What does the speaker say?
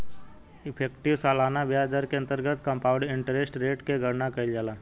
effective सालाना ब्याज दर के अंतर्गत कंपाउंड इंटरेस्ट रेट के गणना कईल जाला